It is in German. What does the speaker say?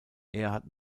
erhard